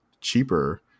cheaper